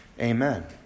Amen